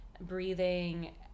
breathing